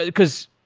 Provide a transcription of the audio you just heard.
because